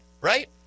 right